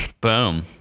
Boom